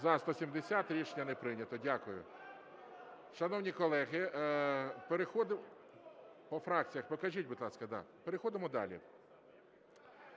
За-170 Рішення не прийнято. Дякую. Шановні колеги, переходимо…